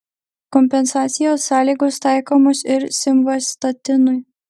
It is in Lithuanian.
kompensacijos sąlygos taikomos ir simvastatinui